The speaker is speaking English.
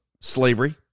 slavery